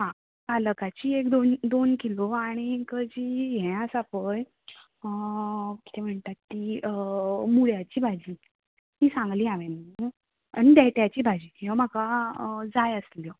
हा पालकाची एक दोन दोन किलो आनीक जी ये आसा पळय किदें म्हणटात ती मुळ्याची भाजी ती सांगली हांवें नू आनी देट्याची भाजी ह्यो म्हाका जाय आसल्यो